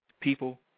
People